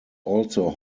also